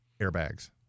airbags